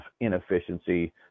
inefficiency